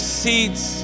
seats